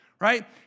right